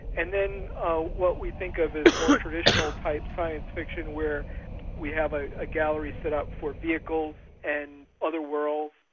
and then what we think of as more traditional type science fiction where we have a ah gallery set up for vehicles and other worlds,